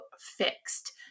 fixed